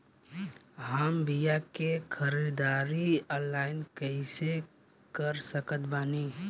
हम बीया के ख़रीदारी ऑनलाइन कैसे कर सकत बानी?